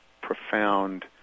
profound